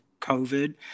COVID